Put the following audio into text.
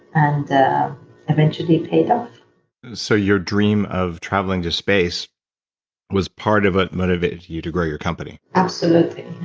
and eventually paid off so your dream of traveling to space was part of what motivated you to grow your company? absolutely.